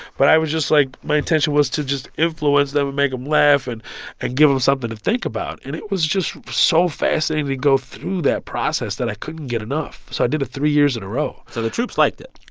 but i was just, like my intention was to just influence them and make them laugh and and give them something to think about. and it was just so fascinating to go through that process that i couldn't get enough, so i did it three years in a row so the troops liked it?